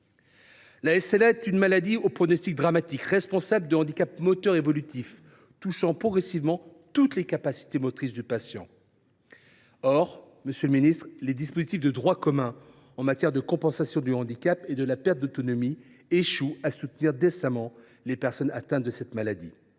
La SLA est une maladie au pronostic dramatique, responsable de handicaps moteurs évolutifs touchant progressivement toutes les capacités motrices du patient. Or, monsieur le ministre, les dispositifs de droit commun en matière de compensation du handicap et de la perte d’autonomie échouent à soutenir décemment les personnes atteintes de cette maladie.